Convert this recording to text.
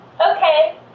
Okay